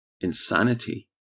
insanity